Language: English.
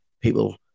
people